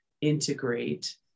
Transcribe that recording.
integrate